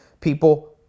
people